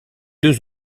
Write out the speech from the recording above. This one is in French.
deux